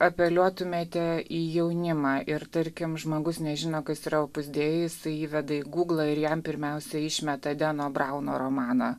apeliuotumėte į jaunimą ir tarkim žmogus nežino kas yra opus dei jis įveda į gūglą ir jam pirmiausia išmeta deno brauno romaną